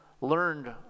learned